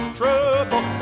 trouble